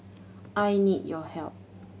I need your help